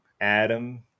Adam